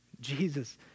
Jesus